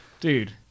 Dude